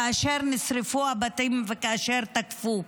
כאשר נשרפו הבתים וכאשר תקפו.